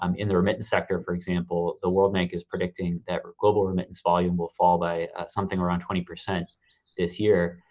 um in the remittance sector, for example, the world bank is predicting that global remittance volume will fall by something around twenty percent this year,